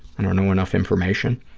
and know enough information.